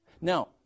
Now